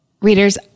Readers